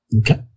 Okay